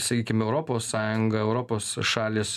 sakykim europos sąjunga europos šalys